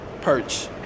perch